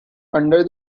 under